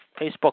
Facebook